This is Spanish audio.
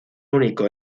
único